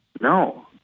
no